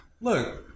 Look